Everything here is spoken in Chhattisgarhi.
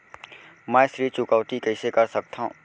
मैं ऋण चुकौती कइसे कर सकथव?